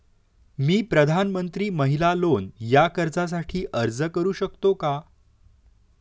मी प्रधानमंत्री महिला लोन या कर्जासाठी अर्ज करू शकतो का?